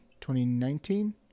2019